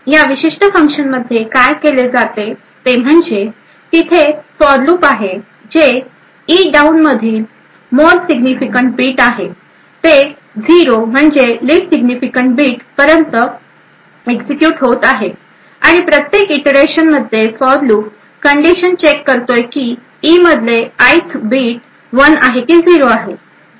तर या विशिष्ट फंक्शनमधे काय केले जाते ते म्हणजे तिथे फॉर लूप आहे जे e down मधील मोर सिग्निफिकँट बीट ते 0 म्हणजे लिस्ट सिग्निफिकँट बीट पर्यंत एक्झिक्युट होत आहे आणि प्रत्येक इटरेशन मध्ये फॉर लूप कंडिशन चेक करतोय की e मधले ith बीट वन आहे की झिरो आहे